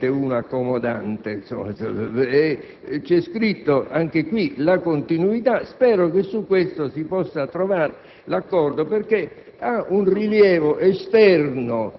Nella relazione del Ministro degli affari esteri trovo il dato positivo della continuità della nostra politica estera. Spero non